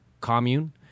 commune